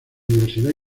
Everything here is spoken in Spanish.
universidad